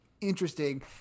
interesting